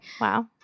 wow